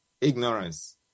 Ignorance